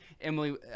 Emily